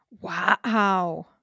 Wow